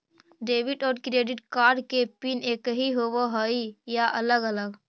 Debit और credit card के pin एकही होव हइ या अलग अलग?